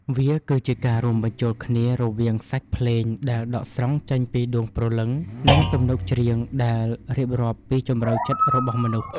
វាគឺជាការរួមបញ្ចូលគ្នារវាងសាច់ភ្លេងដែលដកស្រង់ចេញពីដួងព្រលឹង និងទំនុកច្រៀងដែលរៀបរាប់ពីជម្រៅចិត្តរបស់មនុស្ស។